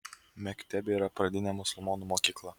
mektebė yra pradinė musulmonų mokykla